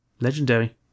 Legendary